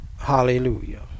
Hallelujah